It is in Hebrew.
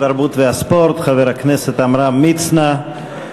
התרבות והספורט חבר הכנסת עמרם מצנע.